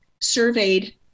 surveyed